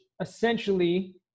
essentially